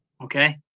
Okay